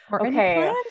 Okay